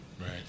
Right